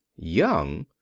young!